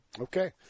Okay